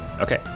Okay